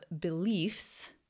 beliefs